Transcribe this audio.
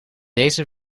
deze